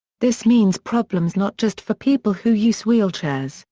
this means problems not just for people who use wheelchairs,